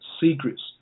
Secrets